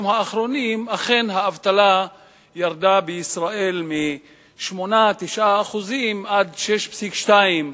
האחרונים אכן האבטלה בישראל ירדה מ-8% 9% עד 6.2%,